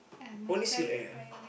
only SilkAir ah